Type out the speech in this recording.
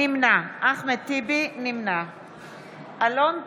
נמנע אלון טל,